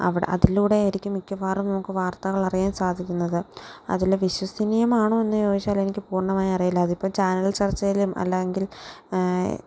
അവിടെ അതിലൂടെ ആയിരിക്കും മിക്കവാറും നമുക്ക് വാർത്തകൾ അറിയാൻ സാധിക്കുന്നത് അതിലെ വിശ്വസനീയമാണോ എന്ന് ചോദിച്ചാൽ എനിക്ക് പൂർണമായി അറിയില്ല അതിപ്പോൾ ചാനൽ ചർച്ചയിലും അല്ല എങ്കിൽ